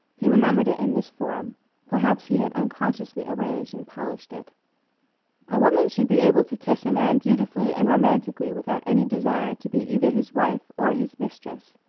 he remembered it in this form perhaps he had unconsciously arranged and polished it a woman should be able to kiss a man beautifully and romantically without any desire to be either his wife or his mistress.